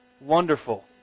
wonderful